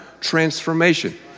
transformation